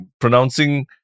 pronouncing